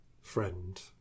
Friend